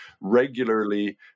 regularly